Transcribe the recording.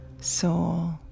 soul